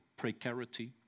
precarity